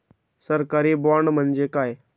सरकारी बाँड म्हणजे काय?